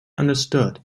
understood